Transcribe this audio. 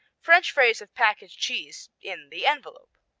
french phrase of packaged cheese, in the envelope.